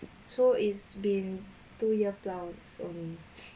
so it's been two year plus only